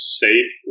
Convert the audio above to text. safe